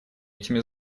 этими